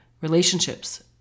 relationships